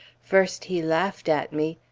first he laughed at me,